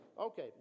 Okay